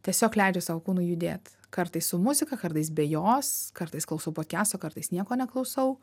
tiesiog leidžiu savo kūnui judėti kartais su muzika kartais be jos kartais klausau podkiasto kartais nieko neklausau